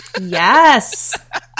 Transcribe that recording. Yes